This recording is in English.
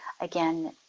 again